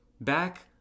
back